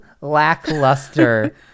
lackluster